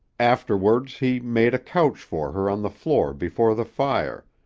afterwards he made a couch for her on the floor before the fire,